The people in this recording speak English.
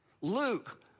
Luke